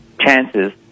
chances